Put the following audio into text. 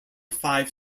five